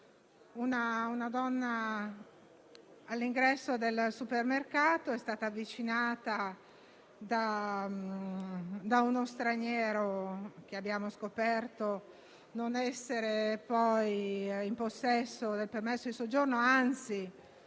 Una donna, all'ingresso di un supermercato, è stata avvicinata da uno straniero, che abbiamo scoperto non essere in possesso del permesso di soggiorno e